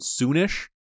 soonish